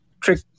trick